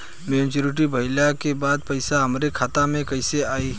Maturity भईला के बाद पईसा हमरे खाता में कइसे आई?